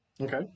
okay